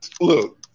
look